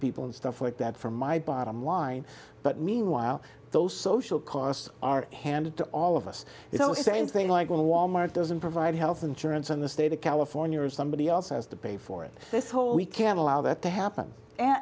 people and stuff like that from my bottom line but meanwhile those social costs are handed to all of us you know same thing like wal mart doesn't provide health insurance and the state of california or somebody else has to pay for it this whole we can't allow that to happen and